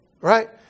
right